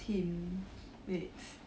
team mates